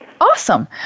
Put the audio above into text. Awesome